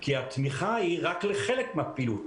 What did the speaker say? כי התמיכה היא רק לחלק מהפעילות,